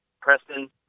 Preston